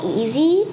easy